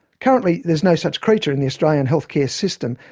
currently, there's no such creature in the australian health care system.